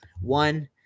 One